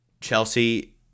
Chelsea